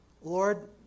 Lord